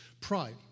Pride